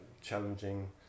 challenging